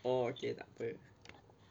oh okay tak apa